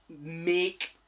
make